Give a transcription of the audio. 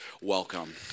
welcome